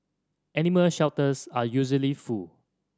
animal shelters are usually full